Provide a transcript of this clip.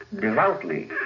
devoutly